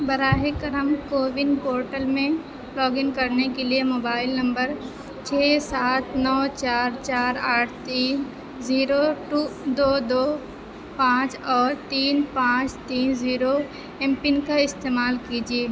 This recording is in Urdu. براہ کرم کوون پورٹل میں لاگ ان کرنے کے لیے موبائل نمبر چھ سات نو چار چار آٹھ تین زیرو ٹو دو دو پانچ اور تین پانچ تین زیرو ایم پن کا استعمال کیجیے